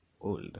old